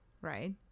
right